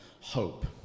hope